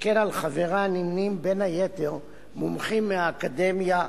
שכן עם חבריה נמנים בין היתר מומחים מהאקדמיה,